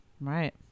Right